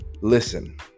listen